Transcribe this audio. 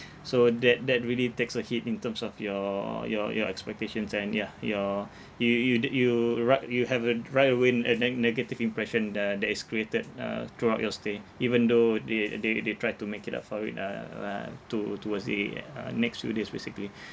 so that that really takes a hit in terms of your your your expectations and yeah your you you'd you right you have a rightaway a a negative impression uh that is created uh throughout your stay even though they they they try to make it up for it uh uh to~ towards the uh next few days basically